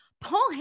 Paul